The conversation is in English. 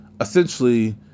essentially